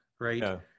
Right